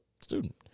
student